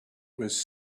was